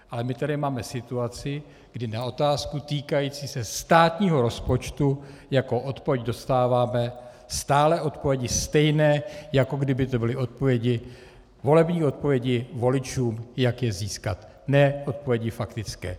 Ale my tady máme situaci, kdy na otázky týkající se státního rozpočtu jako odpověď dostáváme stále odpovědi stejné, jako kdyby to byly volební odpovědi voličům, jak je získat, ne odpovědi faktické.